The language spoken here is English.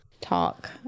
Talk